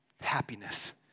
happiness